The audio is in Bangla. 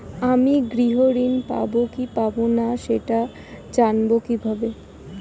আমি গৃহ ঋণ পাবো কি পাবো না সেটা জানবো কিভাবে?